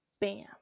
Bam